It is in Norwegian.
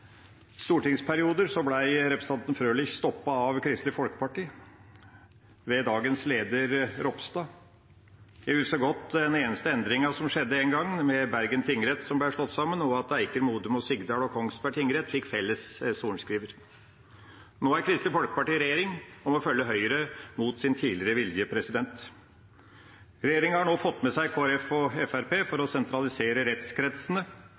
stortingsperioder ble representanten Frølich stoppet av Kristelig Folkeparti, ved dagens leder, Ropstad. Jeg husker godt den eneste endringen som skjedde med Bergen tingrett, som ble slått sammen, og at Eiker, Modum, Sigdal og Kongsberg tingrett fikk felles sorenskriver. Nå er Kristelig Folkeparti i regjering og må følge Høyre mot sin tidligere vilje. Regjeringa har nå fått med seg Kristelig Folkeparti og Fremskrittspartiet for å sentralisere rettskretsene.